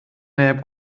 neb